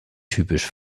typisch